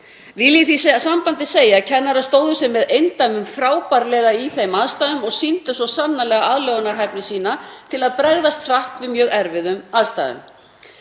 ég í því sambandi segja að kennarar stóðu sig með eindæmum frábærlega í þeim aðstæðum og sýndu svo sannarlega aðlögunarhæfni sína til að bregðast hratt við mjög erfiðum aðstæðum.